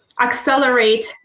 accelerate